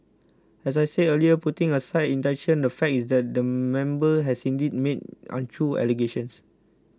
as I said earlier putting aside intention the fact is that the member has indeed made untrue allegations